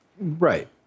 Right